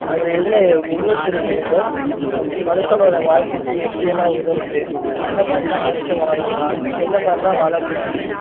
அவர் எழுதுன ஒவ்வொரு திருக்குறளும் மனுசனோட வாழ்க்கைக்கி எப்படி எல்லாம் உதவுது என்னமாதிரிலாம் மனுஷன் வாழலாம் என்னமாதிரிலாம் வாழக்கூடாது